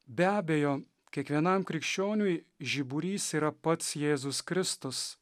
be abejo kiekvienam krikščioniui žiburys yra pats jėzus kristus